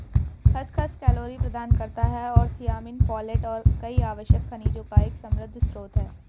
खसखस कैलोरी प्रदान करता है और थियामिन, फोलेट और कई आवश्यक खनिजों का एक समृद्ध स्रोत है